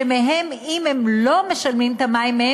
שאם הם לא משלמים את המים,